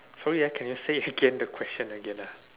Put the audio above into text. sorry ah can you say again the question again ah